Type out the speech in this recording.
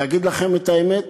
להגיד לכם את האמת?